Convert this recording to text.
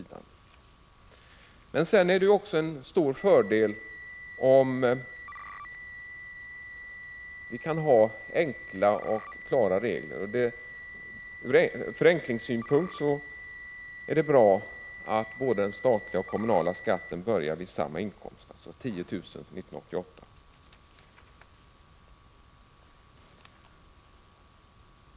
Det är också en stor fördel med enkla och klara regler. Ur förenklingssynpunkt är det bra att både den statliga och den kommunala skatten börjar vid samma inkomst, alltså 10 000 kr. från år 1988.